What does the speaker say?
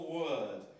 word